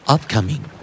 Upcoming